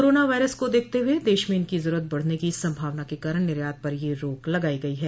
corona virus को देखते हुए देश में इनकी जरूरत बढ़ने की संभावना के कारण निर्यात पर यह रोक लगाई गई है